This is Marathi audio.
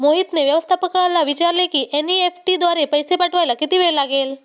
मोहितने व्यवस्थापकाला विचारले की एन.ई.एफ.टी द्वारे पैसे पाठवायला किती वेळ लागेल